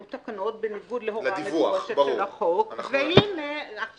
אנחנו בדיון מהיר בוועדת הכלכלה בנושא: